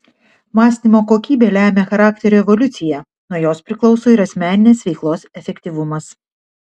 mąstymo kokybė lemia charakterio evoliuciją nuo jos priklauso ir asmeninės veiklos efektyvumas